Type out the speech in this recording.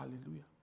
Hallelujah